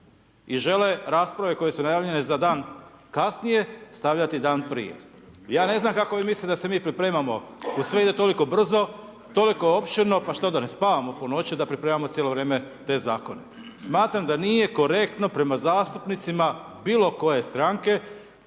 i žele rasprave koje su najavljene za dan kasnije, stavljati dan prije. Ja ne znam kako vi mislite da se mi pripremamo. Sve ide toliko brzo, toliko opširno. Pa što, da ne spavamo po noći da pripremamo cijelo vrijeme te zakone? Smatram da nije korektno prema zastupnicima bilo koje stranke